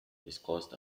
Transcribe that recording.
discussed